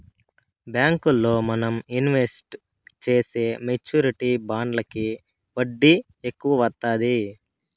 బ్యాంకుల్లో మనం ఇన్వెస్ట్ చేసే మెచ్యూరిటీ బాండ్లకి వడ్డీ ఎక్కువ వత్తాది